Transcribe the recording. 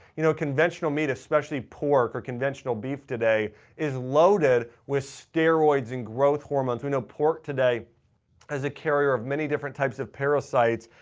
you know conventional meat especially pork or conventional beef today is loaded with steroids and growth hormones. we know pork today is a carrier of many different types of parasites.